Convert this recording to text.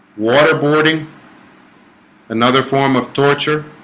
waterboarding another form of torture